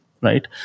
right